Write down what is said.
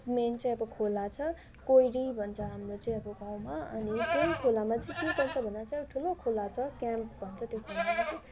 main चाहिँ अब खोला छ कोइरी भन्छ हाम्रो चाहिँ अब गाउँमा अनि त्यो खोलामा चाहिँ के गर्छ भन्दा चाहिँ अब ठुलो खोला छ क्याम्प भन्छ त्यो खोलालाई चाहिँ